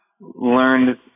learned